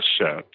set